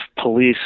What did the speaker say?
police